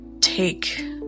take